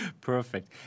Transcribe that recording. Perfect